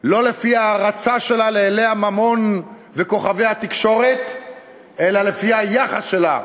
לא לפי ההערצה שלה לאילי הממון וכוכבי התקשורת אלא לפי היחס שלה